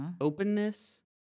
openness